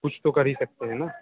कुछ तो कर ही सकते है ना